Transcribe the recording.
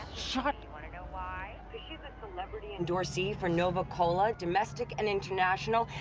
shut. you and know why, cause she's a celebrity endorsee for nova cola, domestic, and international,